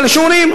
כן, לשיעורין.